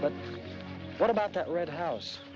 but what about that red house